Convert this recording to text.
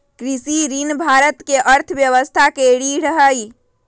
कृषि ऋण भारत के अर्थव्यवस्था के रीढ़ हई